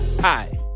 Hi